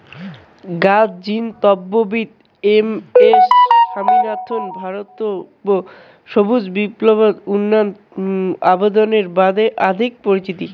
গছ জিনতত্ত্ববিদ M S Swaminathan ভারতত সবুজ বিপ্লবত উনার অবদানের বাদে অধিক পরিচিত